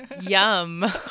Yum